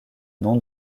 nom